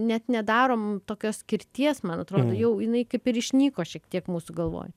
net nedarom tokios skirties man atrodo jau jinai kaip ir išnyko šiek tiek mūsų galvoj